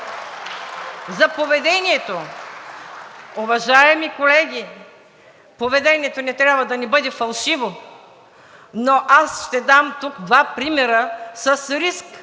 за поведението, уважаеми колеги – поведението ни не трябва да бъде фалшиво! Но аз ще дам тук два примера с риск